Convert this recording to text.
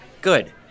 good